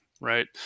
right